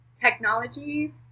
technology